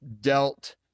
dealt